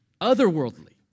otherworldly